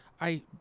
I-